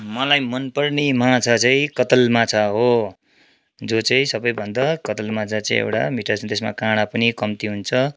मलाई मनपर्ने माछा चाहिँ कतल माछा हो जो चाहिँ सबैभन्दा कतल माछा चाहिँ एउटा मिठास र त्यसमा काँडा पनि कम्ती हुन्छ